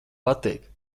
patīk